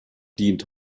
dient